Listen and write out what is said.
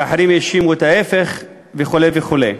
ואחרים האשימו את ההפך, וכו' וכו'.